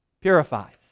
purifies